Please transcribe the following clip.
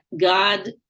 God